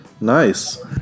Nice